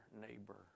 neighbor